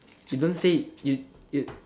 you don't say it you you